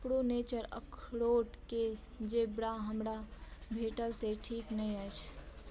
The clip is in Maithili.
प्रो नेचर अखरोट के जे ब्रा हमरा भेटल से ठीक नहि अछि